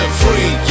free